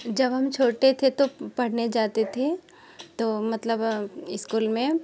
जब हम छोटे थे तो पढ़ने जाते थे तो मतलब स्कूल में